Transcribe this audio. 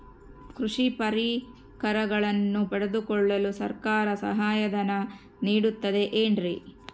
ಕೃಷಿ ಪರಿಕರಗಳನ್ನು ಪಡೆದುಕೊಳ್ಳಲು ಸರ್ಕಾರ ಸಹಾಯಧನ ನೇಡುತ್ತದೆ ಏನ್ರಿ?